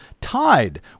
tied